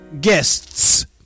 guests